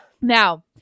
now